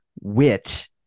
wit